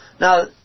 Now